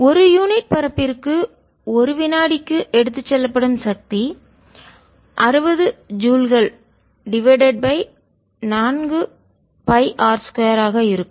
ஒரு யூனிட் பரப்பிற்கு ஒரு வினாடிக்கு எடுத்துச் செல்லப்படும் சக்தி அறுபது ஜூல்கள் டிவைடட் பை நான்கு பை ஆர் ஸ்கொயர் ஆக இருக்கும்